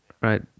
Right